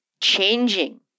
changing